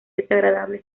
desagradable